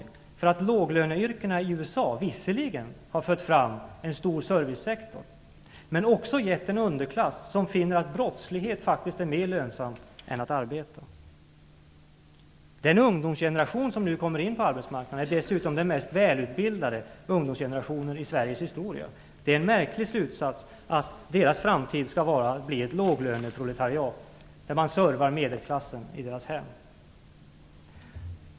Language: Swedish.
Han säger att låglöneyrkena i USA visserligen har fött fram en stor servicesektor, men det finns också en underklass som finner det mer lönsamt med brottslighet än med arbete. Den ungdomsgeneration som nu kommer in på arbetsmarknaden är den mest välutbildade ungdomsgenerationen i Sveriges historia. Därför är det en märklig slutsats att dessa ungdomar i framtiden skall tillhöra ett låglöneproletariat som innebär att de servar medelklassens människor i deras hem.